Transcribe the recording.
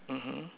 mmhmm